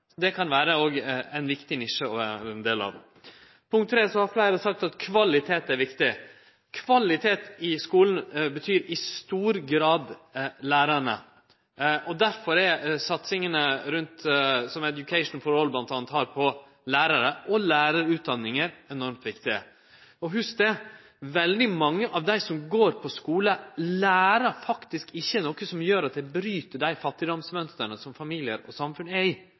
Det kan òg vere ein viktig nisje og del av det. Punkt 3: Fleire har sagt at kvalitet er viktig. Kvalitet i skulen betyr i stor grad lærarane. Derfor er satsingane, som Education for All m.a. har på lærarar og lærarutdanningar, enormt viktige. Og hugs det: Veldig mange av dei som går på skule, lærer faktisk ikkje noko som gjer at dei bryt dei fattigdomsmønstra som familiar og samfunn er i.